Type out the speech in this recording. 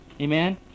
Amen